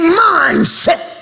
mindset